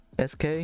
Sk